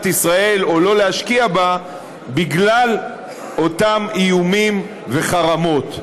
ישראל או לא להשקיע בה בגלל אותם איומים וחרמות.